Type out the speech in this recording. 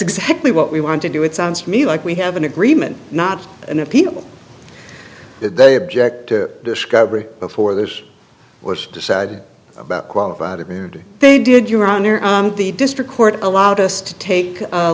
exactly what we want to do it sounds to me like we have an agreement not an appeal that they object to discovery before this was decided about qualified appeared they did your honor the district court allowed us to